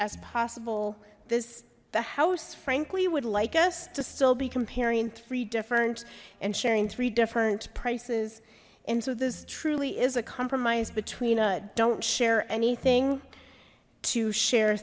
as possible this the house frankly would like us to still be comparing three different and sharing three different prices and so this truly is a compromise between a don't share anything to share